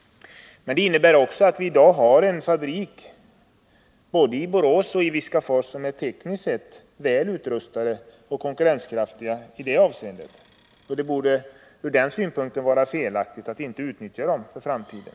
Det innebär också att vi i dag i både Borås och Viskafors har fabriker, som är tekniskt sett väl utrustade och konkurrenskraftiga. Från den synpunkten vore det felaktigt att inte utnyttja dem i framtiden.